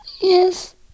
Yes